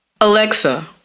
Alexa